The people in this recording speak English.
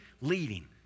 leading